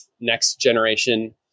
next-generation